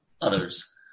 others